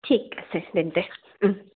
ঠিক আছে তেন্তে